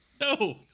No